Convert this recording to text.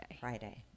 Friday